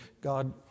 god